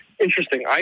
Interesting